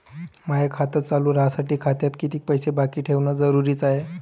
माय खातं चालू राहासाठी खात्यात कितीक पैसे बाकी ठेवणं जरुरीच हाय?